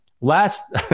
last